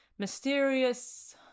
Mysterious